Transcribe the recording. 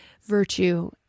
virtue